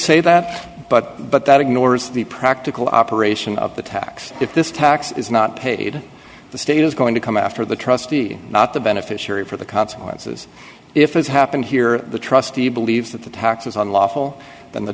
say that but but that ignores the practical operation of the tax if this tax is not paid the state is going to come after the trustee not the beneficiary for the consequences if it happened here the trustee believes that the taxes on lawful than the